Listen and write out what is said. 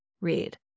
read